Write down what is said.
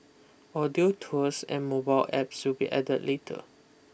audio tours and mobile apps will be added later